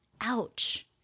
Ouch